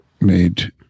made